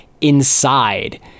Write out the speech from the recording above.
inside